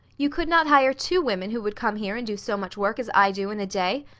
you could not hire two women who would come here and do so much work as i do in a day.